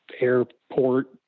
airport